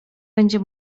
będzie